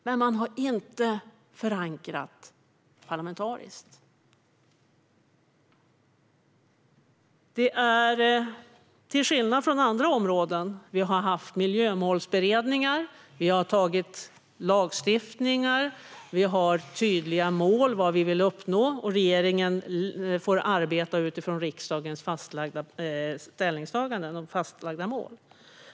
Men man har inte förankrat parlamentariskt, till skillnad från på andra områden. Vi har haft miljömålsberedningar. Vi har antagit lagstiftningar. Vi har tydliga mål med vad vi vill uppnå. Och regeringen får arbeta utifrån riksdagens fastlagda ställningstaganden om fastlagda mål.